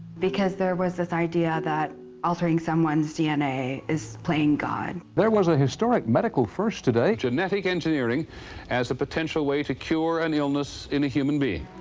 because there was this idea that altering someone's dna is playing god. there was a historic medical first today. genetic engineering as a potential way to cure an illness in a human being.